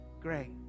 Great